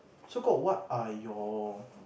so called what are your